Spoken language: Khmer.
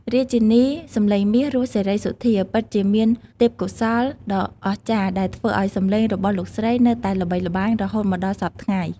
រាជិនីសំឡេងមាស រស់ សេរីសុទ្ធា ពិតជាមានទេពកោសល្យដ៏អស្ចារ្យដែលធ្វើឱ្យសំឡេងរបស់លោកស្រីនៅតែល្បីល្បាញរហូតមកដល់សព្វថ្ងៃ។